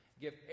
give